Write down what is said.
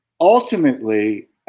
ultimately